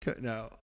No